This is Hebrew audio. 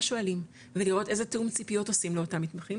שואלים ולראות איזה תאום ציפיות עשינו לאותם מתמחים